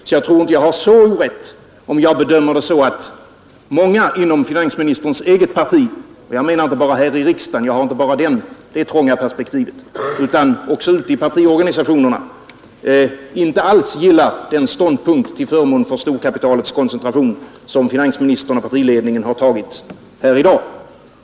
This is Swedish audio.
Jag tror därför inte att jag har så orätt, om jag bedömer saken så att många inom finansministerns eget parti — inte bara här i riksdagen utan också ute i partiorganisationerna — inte alls gillar den ståndpunkt till förmån för storkapitalets koncentration, som finansministern och partiledningen tagit här i dag.